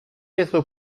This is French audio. être